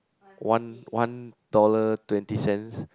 one one dollar twenty cents